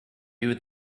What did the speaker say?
you